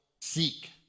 seek